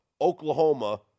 Oklahoma